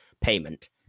payment